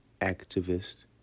activist